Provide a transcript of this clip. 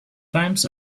times